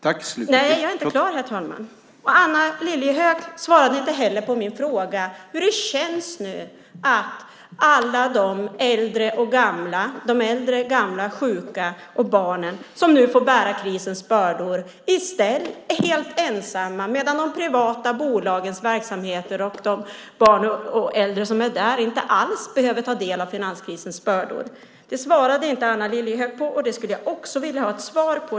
Anna Lilliehöök svarade inte heller på min fråga om hur det nu känns att alla de gamla, sjuka och barnen får bära krisens bördor helt ensamma, medan de privata bolagens verksamheter och de barn och äldre som är där inte alls behöver ta del av finanskrisens bördor. Det svarade inte Anna Lilliehöök på, och det skulle jag vilja ha svar på.